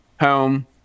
home